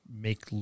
make